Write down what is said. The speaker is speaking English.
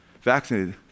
vaccinated